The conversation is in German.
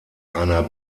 einer